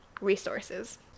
resources